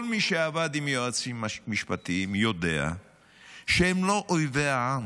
כל מי שעבד עם יועצים משפטיים יודע שהם לא אויבי העם.